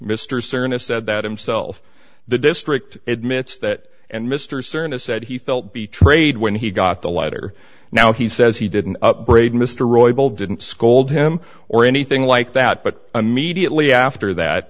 crna said that himself the district admits that and mr crna said he felt betrayed when he got the letter now he says he didn't upbraid mr roybal didn't scold him or anything like that but immediately after that